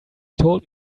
told